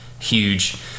huge